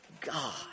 God